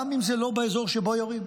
גם אם זה לא באזור שבו יורים,